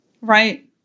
Right